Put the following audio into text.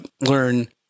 learn